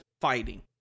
fighting